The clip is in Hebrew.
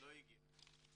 לא הגיע.